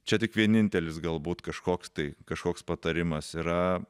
čia tik vienintelis galbūt kažkoks tai kažkoks patarimas yra